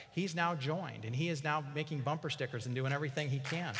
he's now joined and he is now making bumper stickers and doing everything he can